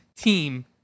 team